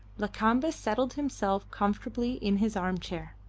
lakamba settled himself comfortably in his arm-chair.